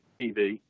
TV